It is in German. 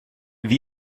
wie